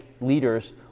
leaders